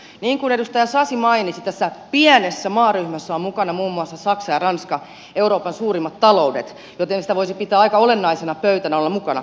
niin kuin edustaja sasi mainitsi tässä pienessä maaryhmässä on mukana muun muassa saksa ja ranska euroopan suurimmat taloudet joten sitä voisi pitää aika olennaisena pöytänä olla mukana